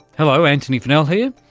hello, antony funnell here,